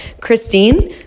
Christine